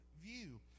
view